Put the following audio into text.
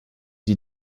die